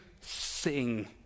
sing